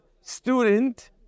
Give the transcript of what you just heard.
student